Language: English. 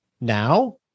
now